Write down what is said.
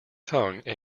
tongue